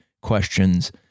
questions